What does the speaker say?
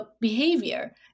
behavior